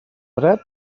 dret